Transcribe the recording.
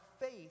faith